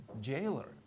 jailer